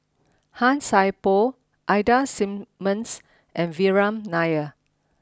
Han Sai Por Ida Simmons and Vikram Nair